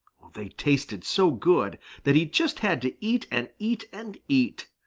they tasted so good that he just had to eat and eat and eat.